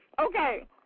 Okay